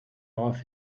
off